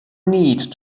need